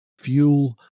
fuel